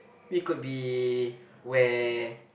we could be where